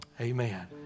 Amen